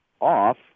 off